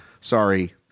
Sorry